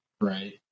right